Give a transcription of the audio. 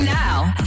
now